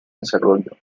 desarrollo